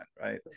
right